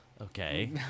Okay